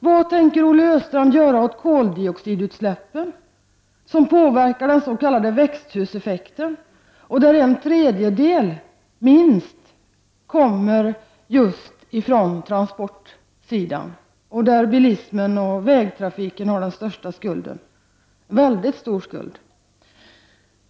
Vad tänker Olle Östrand göra åt koldioxidutsläppen, som påverkar den s.k. växthuseffekten och där minst en tredjedel kommer just från transportsidan? Bilismen och vägtrafiken har där en väldigt stor skuld.